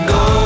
go